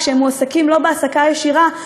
כשהם מועסקים לא בהעסקה ישירה,